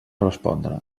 respondre